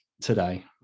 today